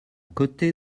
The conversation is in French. côté